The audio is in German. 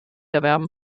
erwerben